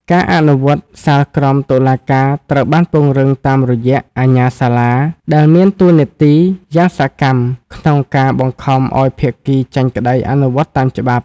ការអនុវត្តសាលក្រមតុលាការត្រូវបានពង្រឹងតាមរយៈ "អាជ្ញាសាលា" ដែលមានតួនាទីយ៉ាងសកម្មក្នុងការបង្ខំឱ្យភាគីចាញ់ក្ដីអនុវត្តតាមច្បាប់។